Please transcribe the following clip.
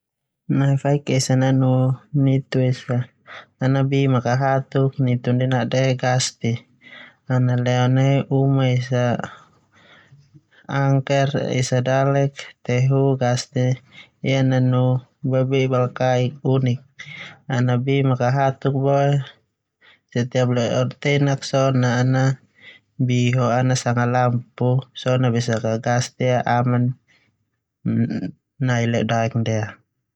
Nai faik esa nanu nitu esa nade Ghasti an leo nai uma angker esa dalek tehu Ghasti ia nanu babe'i balkaik unik te no an bi makahatuk. Setiap ledotenak so na ana bi ho ana sanga lampu so na besak Ghasti ia ana rasa aman nedodaek ndia.